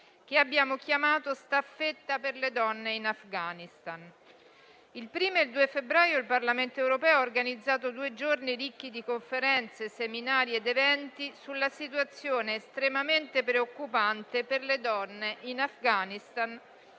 che abbiamo chiamato staffetta per le donne in Afghanistan. Il 1° e il 2 febbraio il Parlamento europeo ha organizzato due giorni ricchi di conferenze, seminari ed eventi sulla situazione estremamente preoccupante per le donne in Afghanistan,